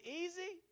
easy